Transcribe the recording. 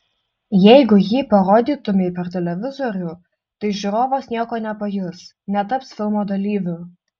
jeigu jį parodytumei per televizorių tai žiūrovas nieko nepajus netaps filmo dalyviu